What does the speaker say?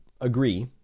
agree